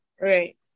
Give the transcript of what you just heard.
Right